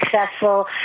successful